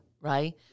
right